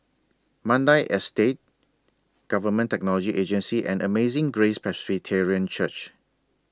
Mandai Estate Government Technology Agency and Amazing Grace Presbyterian Church